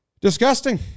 disgusting